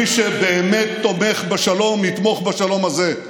מי שבאמת תומך בשלום יתמוך בשלום הזה,